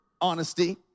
honesty